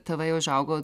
tėvai užaugo